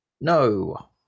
No